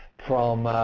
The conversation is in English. from